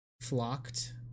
Flocked